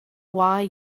why